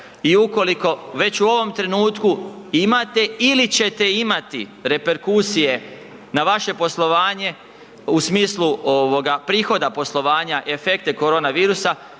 i ukoliko već u ovom trenutku imate ili ćete imati reperkusije na vaše poslovanje u smislu ovoga prihoda poslovanja i efekte korona virusa